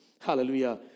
Hallelujah